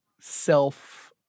self